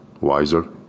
wiser